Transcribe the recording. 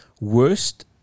worst